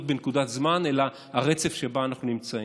בנקודת זמן אלא הרצף שבו אנחנו נמצאים.